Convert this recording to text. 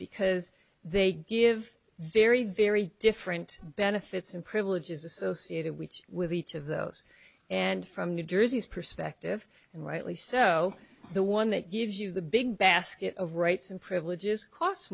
because they give very very different benefits and privileges associated which with each of those and from new jersey's perspective and rightly so the one that gives you the big basket of rights and privileges costs